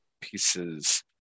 pieces